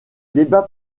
débats